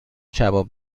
کباب